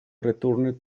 returned